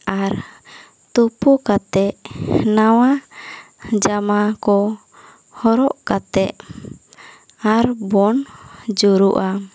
ᱟᱨ ᱛᱩᱯᱩ ᱠᱟᱛᱮᱫ ᱱᱟᱣᱟ ᱡᱟᱢᱟ ᱠᱚ ᱦᱚᱨᱚᱜ ᱠᱟᱛᱮᱫ ᱟᱨ ᱵᱚᱱ ᱡᱩᱨᱩᱜᱼᱟ